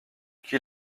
qui